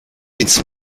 its